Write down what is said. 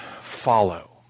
follow